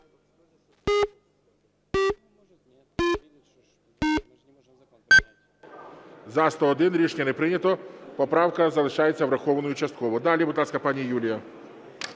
За-101 Рішення не прийнято. Поправка залишається врахованою частково. Далі, будь ласка, пані Юлія.